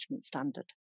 standard